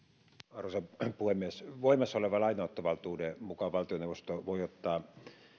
arvoisa puhemies voimassa olevan lainanottovaltuuden mukaan valtioneuvosto voi ottaa